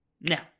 Now